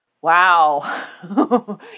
Wow